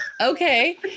okay